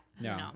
no